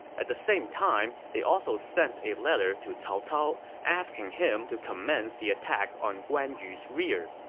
at the same time, they also sent a letter to cao cao, asking him to commence the attack on guan yu's rear.